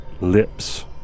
lips